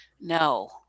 no